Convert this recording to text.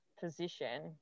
position